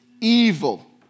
evil